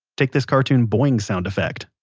take this cartoon boing sound effect.